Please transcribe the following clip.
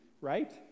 right